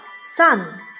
Sun